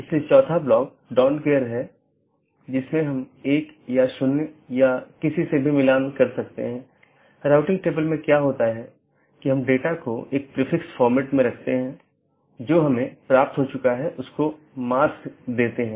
अब ऑटॉनमस सिस्टमों के बीच के लिए हमारे पास EBGP नामक प्रोटोकॉल है या ऑटॉनमस सिस्टमों के अन्दर के लिए हमारे पास IBGP प्रोटोकॉल है अब हम कुछ घटकों को देखें